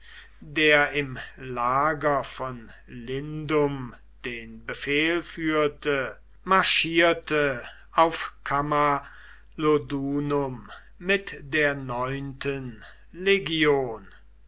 der im lager von lindum den befehl führte marschierte auf camalodunum mit der neunten legion